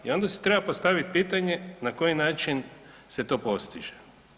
I onda si treba postaviti pitanje na koji način se to postiže?